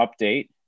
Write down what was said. update